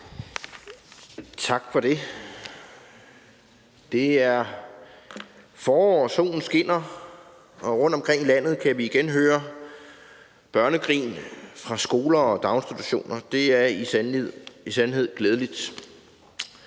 Tak for det. Det er forår, og solen skinner. Rundtomkring i landet kan vi igen høre børnegrin fra skoler og daginstitutioner, og det er i sandhed glædeligt.